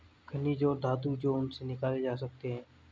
खनिज और धातु जो उनसे निकाले जा सकते हैं